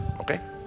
Okay